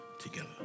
together